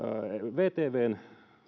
vtvn